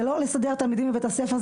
זה לא לסדר תלמידים בבתי הספר.